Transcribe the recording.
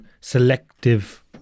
selective